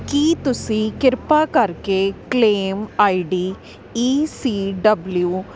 ਕੀ ਤੁਸੀਂ ਕਿਰਪਾ ਕਰਕੇ claim I D E C W